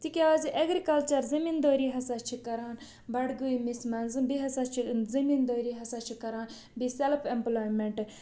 تِکیٛازِ اٮ۪گرِکَلچَر زٔمیٖدٲری ہَسا چھِ کَران بَڈگٲمِس منٛز بیٚیہِ ہَسا چھِ یِم زٔمیٖدٲری ہَسا چھِ کَران بیٚیہِ سٮ۪لٕف اٮ۪مپٕلایمٮ۪نٛٹ